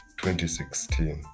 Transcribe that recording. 2016